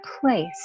place